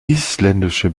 isländische